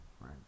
right